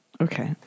Okay